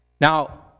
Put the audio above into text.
Now